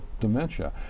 dementia